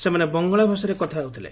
ସେମାନେ ବଙ୍ଗଳା ଭାଷାରେ କଥା ହେଉଥିଲେ